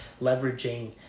leveraging